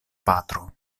patro